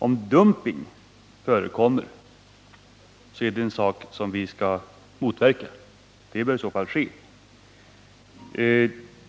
Om dumping förekommer bör detta motverkas.